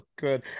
good